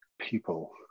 people